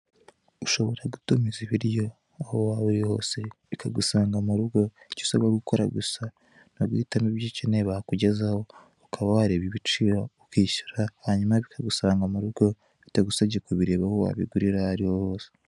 Ushobora gutumiza ibiryo aho waba uri hose, bikagusanga mu rugo, icyo usabwa gukora gusa ni uguhitamo ibyo ukeneye bakugezaho ukaba awareba ibiciro ukishyura hanyuma bikagusanga mu rugo, bitagusabye kubireba aho wabigurira aho ari ho hose.